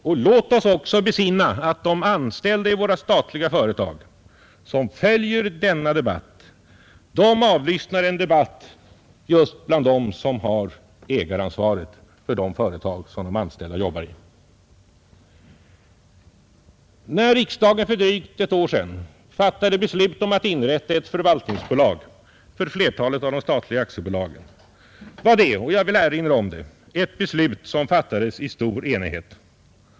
Och låt oss också besinna att de anställda i våra statliga företag, som följer denna debatt, avlyssnar en debatt just bland dem som har ägaransvaret för de företag de anställda jobbar i. När riksdagen för drygt ett år sedan fattade beslut om att inrätta ett förvaltningsbolag för flertalet av de statliga aktiebolagen var detta — det vill jag erinra om — ett beslut som fattades i stor enighet.